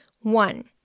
One